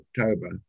October